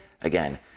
again